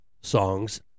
songs